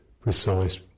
precise